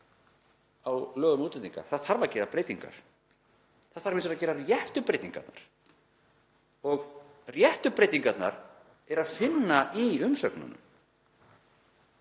á lögum um útlendinga. Það þarf að gera breytingar. Það þarf hins vegar að gera réttu breytingarnar og réttu breytingarnar er að finna í umsögnunum.